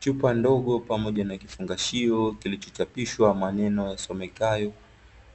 Chupa ndogo pamoja na kifungashio kilichochapishwa maneno yasomekayo,